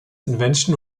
invention